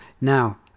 Now